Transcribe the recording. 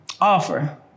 offer